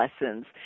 lessons